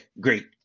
great